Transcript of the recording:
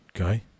okay